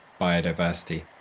biodiversity